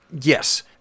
Yes